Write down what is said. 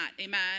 Amen